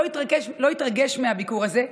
לא התרגש מהביקור הזה,